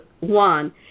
one